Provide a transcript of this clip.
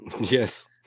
Yes